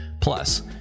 Plus